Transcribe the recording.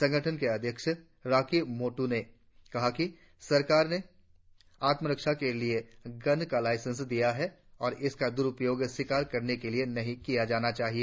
संगठन के अध्यक्ष रॉकी मोटु ने कहा कि सरकार ने आत्मरक्षा के लिए गन का लाइसेंस दिया है और इसका द्रुपयोग शिकार करने के लिए नहीं किया जाना चाहिए